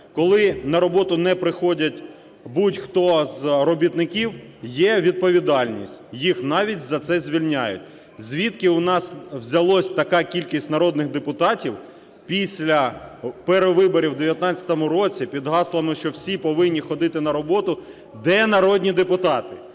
Коли на роботу не приходять будь-хто з робітників, є відповідальність, їх навіть за це звільняють. Звідки у нас взялась така кількість народних депутатів після перевиборів в 2019 році під гаслами, що всі повинні ходити на роботу, де народні депутати?